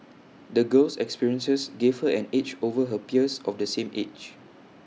the girl's experiences gave her an edge over her peers of the same age